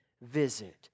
visit